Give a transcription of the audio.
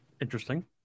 Interesting